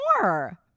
more